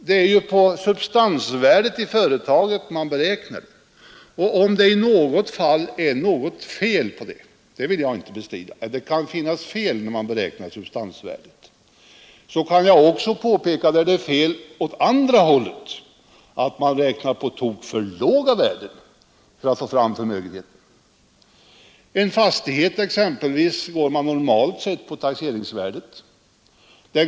Det är ju substansvärdet i företaget man beräknar skatten på. Jag vill inte bestrida att det kan finnas fel, när man beräknar substansvärdet — men jag vill också nämna att det kan vara fel åt det andra hållet, nämligen att man beräknar på tok för låga värden, när man skall få fram förmögenheten. En fastighet exempelvis upptas normalt till taxeringsvärdet.